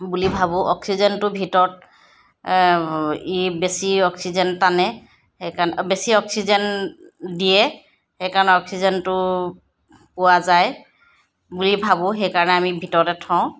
বুলি ভাবোঁ অক্সিজেনটো ভিতৰত ই বেছি অক্সিজেন টানে সেইকাৰণে বেছি অক্সিজেন দিয়ে সেইকাৰণে অক্সিজেনটো পোৱা যায় বুলি ভাবোঁ সেইকাৰণে আমি ভিতৰতে থওঁ